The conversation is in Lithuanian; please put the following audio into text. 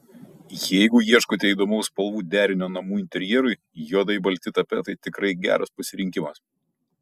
jeigu ieškote įdomaus spalvų derinio namų interjerui juodai balti tapetai tikrai geras pasirinkimas